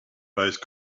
based